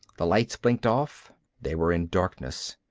the lights blinked off they were in darkness.